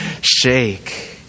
shake